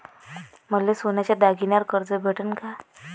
मले सोन्याच्या दागिन्यावर कर्ज भेटन का?